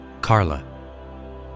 Carla